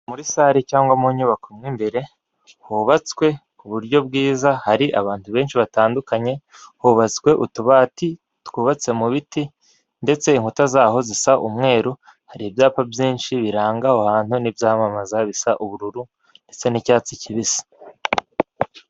Muri sare cyangwa mu nyubako imwe mbere hubatswe ku buryo bwiza hari abantu benshi batandukanye, hubatswe utubati twubatse mu biti ndetse inkuta zaho zisa umweru, hari ibyapa byinshi biranga ahantu n'ibyamamaza bisa ubururu ndetse n'icyatsi kibisi.